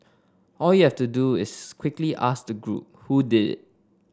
all you have to do is quickly ask the group who did it